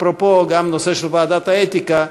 אפרופו, גם בנושא של ועדת האתיקה,